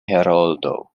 heroldo